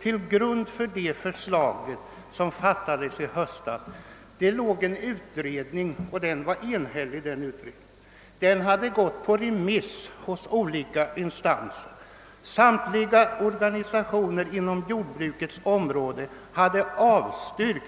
Till grund för det förslag som behandlades i höstas låg nämligen en enhällig utredning, som hade gått på remiss till olika instanser. Samtliga organisationer inom jordbrukets område hade avstyrkt